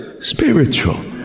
spiritual